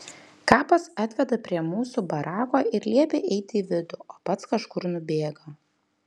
kapas atveda prie mūsų barako ir liepia eiti į vidų o pats kažkur nubėga